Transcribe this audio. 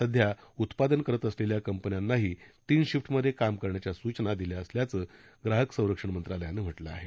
सध्या उत्पादन करत असलेल्या कंपन्यांनाही तीन शिफ्ट मध्ये काम करण्याच्या सूचना देण्यात आल्याचं ग्राहक संरक्षण मंत्रालयानं म्हटलं आहे